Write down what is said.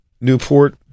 Newport